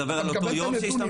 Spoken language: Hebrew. אתה מדבר על אותו יום שהשתמשו?